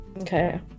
Okay